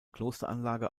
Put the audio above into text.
klosteranlage